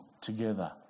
together